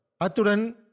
aturan